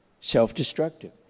Self-destructive